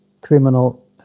criminal